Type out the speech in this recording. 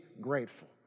grateful